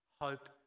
hope